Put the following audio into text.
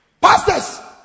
Pastors